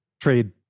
trade